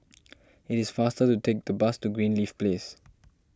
it is faster to take the bus to Greenleaf Place